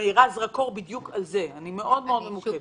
מאירה זרקור בדיוק על זה, אני מאוד מאוד ממוקדת.